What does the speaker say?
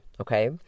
okay